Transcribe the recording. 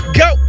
go